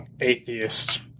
atheist